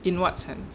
in what sense